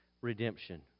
redemption